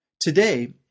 Today